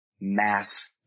mass